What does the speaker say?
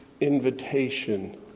invitation